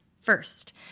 first